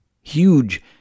huge